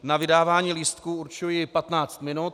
Na vydávání lístků určuji 15 minut.